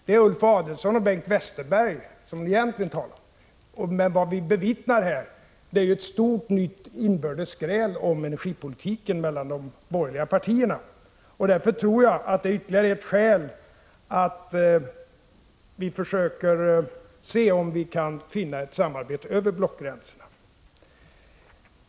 Det är Ulf Adelsohn och Bengt Westerberg som hon då egentligen talar till. Vad vi här bevittnar är ett stort nytt inbördes gräl om energipolitiken mellan de borgerliga partierna. Jag tror att det är ytterligare ett skäl att se om vi kan åstadkomma ett samarbete över blockgränserna.